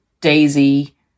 daisy